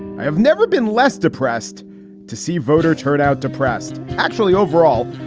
i have never been less depressed to see voter turn out depressed, actually, overall.